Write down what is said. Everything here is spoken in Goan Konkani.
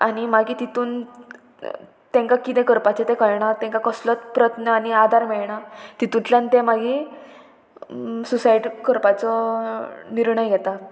आनी मागीर तितून तांकां किदें करपाचें तें कळना तांकां कसलोच प्रत्न आनी आदार मेळना तितूंतल्यान तें मागीर सुसायड करपाचो निर्णय घेता